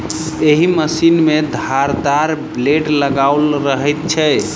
एहि मशीन मे धारदार ब्लेड लगाओल रहैत छै